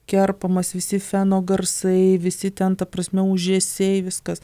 kerpamas visi feno garsai visi ten ta prasme ūžesiai viskas